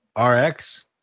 Rx